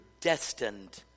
destined